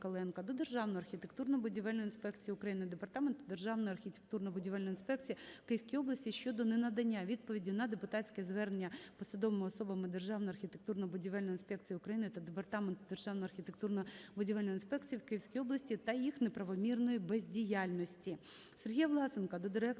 Державної архітектурно-будівельної інспекції України, Департаменту державної архітектурно-будівельної інспекції у Київській області щодо ненадання відповіді на депутатське звернення посадовими особами Державної архітектурно-будівельної інспекції України та Департаменту Державної архітектурно-будівельної інспекції у Київській області та їх неправомірній бездіяльності. Сергія Власенка до директора